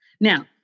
Now